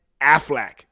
Affleck